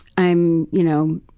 i'm, you know,